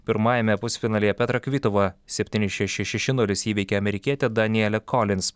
pirmajame pusfinalyje petra kvituva septyni šeši šeši nulis įveikė amerikietę danielę kolins